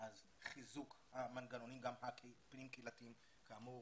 אז חיזוק המנגנונים גם הפנים קהילתיים, כאמור